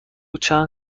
چند